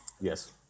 Yes